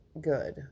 good